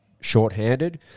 shorthanded